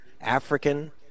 African